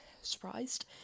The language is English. surprised